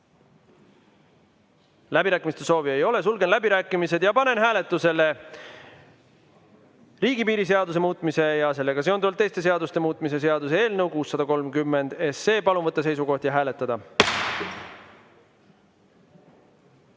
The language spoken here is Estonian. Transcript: Läbirääkimiste soovi ei ole, sulgen läbirääkimised. Panen hääletusele riigipiiri seaduse muutmise ja sellega seonduvalt teiste seaduste muutmise seaduse eelnõu 630. Palun võtta seisukoht ja hääletada!